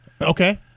Okay